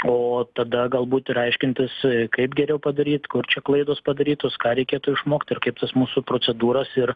o tada galbūt ir aiškintis kaip geriau padaryt kur čia klaidos padarytos ką reikėtų išmokt ir kaip tas mūsų procedūras ir